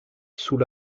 sous